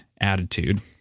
attitude